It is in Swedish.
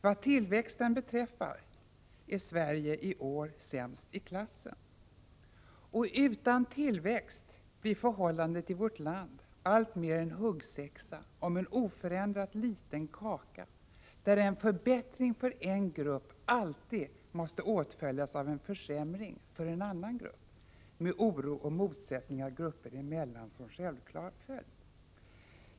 Vad tillväxten beträffar är Sverige i år sämst i klassen. Utan tillväxt blir förhållandet i vårt land alltmer en huggsexa om en oförändrat liten kaka, där förbättring för en grupp alltid måste följas av en försämring för en annan, med oro och motsättningar grupper emellan som självklar följd.